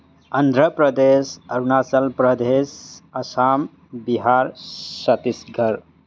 Andhra Pradesh Arunachal Pradesh Assam Bihar Chhattisgarh